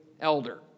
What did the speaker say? elder